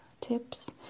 tips